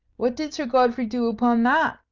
what did sir godfrey do upon that?